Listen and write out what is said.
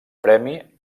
premi